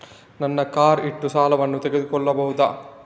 ನನ್ನ ಕಾರ್ ಇಟ್ಟು ಸಾಲವನ್ನು ತಗೋಳ್ಬಹುದಾ?